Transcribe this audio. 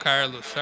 Carlos